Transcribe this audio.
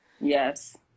Yes